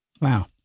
Wow